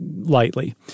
lightly